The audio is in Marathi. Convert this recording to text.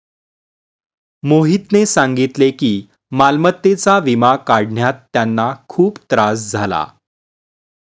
मोहितने सांगितले की मालमत्तेचा विमा काढण्यात त्यांना खूप त्रास झाला